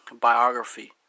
Biography